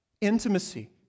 Intimacy